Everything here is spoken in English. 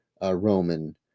Roman